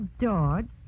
George